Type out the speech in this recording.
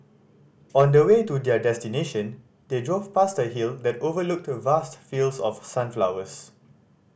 on the way to their destination they drove past a hill that overlooked vast fields of sunflowers